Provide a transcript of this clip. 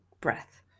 breath